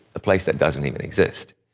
a place that doesn't even exist.